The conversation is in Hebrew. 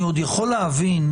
אני עוד יכול להבין.